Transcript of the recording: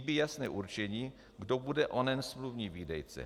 Chybí jasné určení, kdo bude onen smluvní výdejce.